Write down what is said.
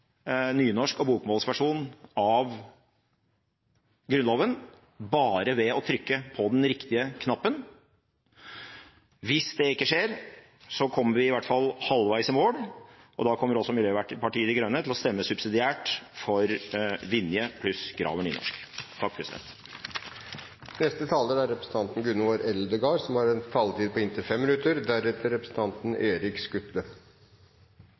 nynorsk- og bokmålsversjon av Grunnloven bare ved å trykke på den riktige knappen. Hvis det ikke skjer, kommer vi i hvert fall halvveis i mål, og da kommer også Miljøpartiet De Grønne til å stemme subsidiært for Vinjes versjon pluss Graver-utvalgets nynorskversjon. «Om seint me kjem, Så er det med klem. Me vil garden rydja. Bondemål, Kvast som